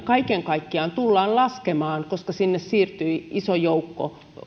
kaiken kaikkiaan tullaan laskemaan koska sinne siirtyi iso joukko